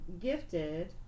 gifted